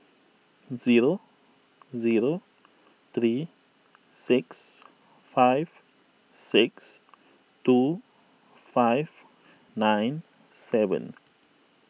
zero zero three six five six two five nine seven